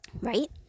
right